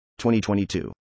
2022